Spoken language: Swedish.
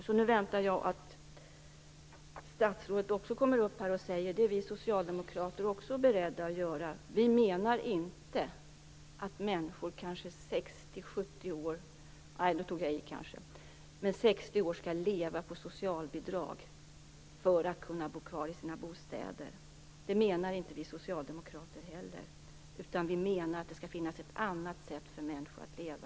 Så jag väntar på att statsrådet nu säger: Vi socialdemokrater är också beredda att göra något. Vi socialdemokrater menar inte heller att människor i 60 år skall leva på socialbidrag för att kunna bo kvar i sina bostäder, utan vi menar att det skall finnas ett annat sätt för människor att leva.